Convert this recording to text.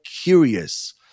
curious